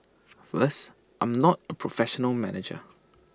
first I'm not A professional manager